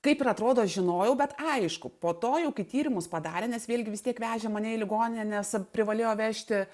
kaip ir atrodo žinojau bet aišku po to jau kai tyrimus padarė nes vėlgi vis tiek vežė mane į ligoninę nes privalėjo vežti